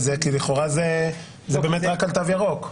לכאורה זה רק על תו ירוק.